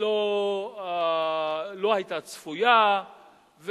לא היתה צפויה,